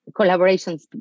collaborations